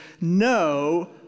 no